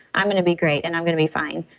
i'm going to be great and i'm going to be fine.